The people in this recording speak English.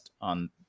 on